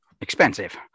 expensive